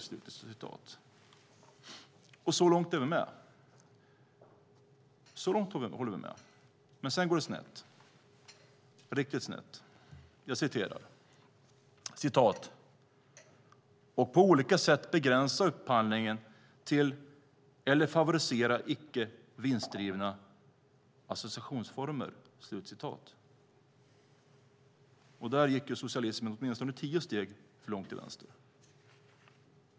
Så långt är vi med. Men sen går det snett, riktigt snett. Jag citerar: ". på olika sätt begränsa upphandling till eller favorisera icke-vinstdrivna associationsformer". Där gick socialismen åtminstone tio steg för långt till vänster.